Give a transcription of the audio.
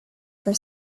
for